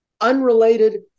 unrelated